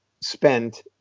spent